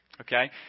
okay